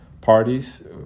parties